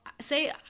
say